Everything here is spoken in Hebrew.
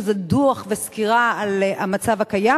שזה דוח וסקירה על המצב הקיים,